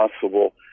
possible